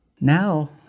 Now